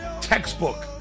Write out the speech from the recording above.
textbook